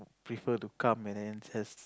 prefer to come and then just